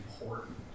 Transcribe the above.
important